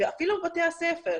אפילו בבתי הספר.